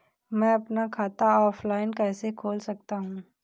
मैं अपना खाता ऑफलाइन कैसे खोल सकता हूँ?